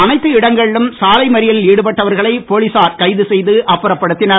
அனைத்து இடங்களிலும் சாலை மறியலில் ஈடுபட்டவர்களை போலீசார் கைது செய்து அப்புறப்படுத்தினர்